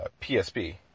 PSP